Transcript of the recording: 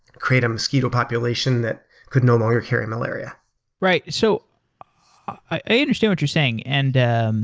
create a mosquito population that could no longer carry malaria right. so i understand what you're saying and, um